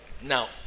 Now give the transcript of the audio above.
Now